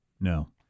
no